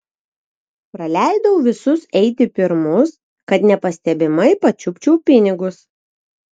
praleidau visus eiti pirmus kad nepastebimai pačiupčiau pinigus